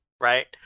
Right